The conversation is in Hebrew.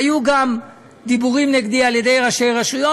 היו גם דיבורים נגדי של ראשי רשויות.